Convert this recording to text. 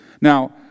Now